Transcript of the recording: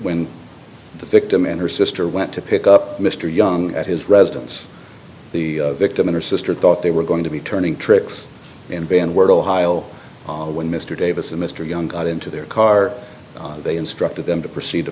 when the victim and her sister went to pick up mr young at his residence the victim and her sister thought they were going to be turning tricks in van wert ohio when mr davis and mr young got into their car they instructed them to proceed to